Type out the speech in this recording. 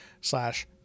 slash